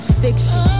fiction